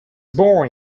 born